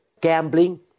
gambling